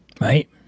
Right